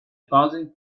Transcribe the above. thousand